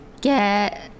get